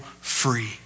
free